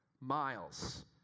miles